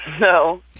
no